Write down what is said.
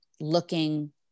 looking